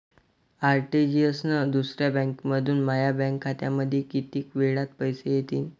RTGS न दुसऱ्या बँकेमंधून माया बँक खात्यामंधी कितीक वेळातं पैसे येतीनं?